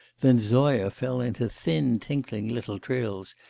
then zoya fell into thin tinkling little trills,